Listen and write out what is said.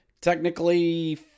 technically